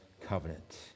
covenant